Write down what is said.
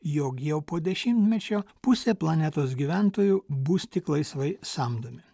jog jau po dešimtmečio pusė planetos gyventojų bus tik laisvai samdomi